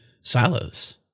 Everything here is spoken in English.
silos